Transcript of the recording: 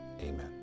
amen